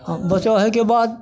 हँ बचाव होइके बाद